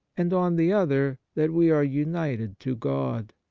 and on the other that we are united to god.